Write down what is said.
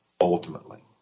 ultimately